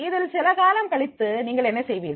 இதில் சில காலம் கழித்து நீங்கள் என்ன செய்வீர்கள்